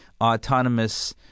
autonomous